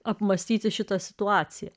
apmąstyti šitą situaciją